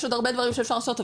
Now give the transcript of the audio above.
יש עוד הרבה דברים שאפשר לעשות,